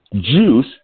Juice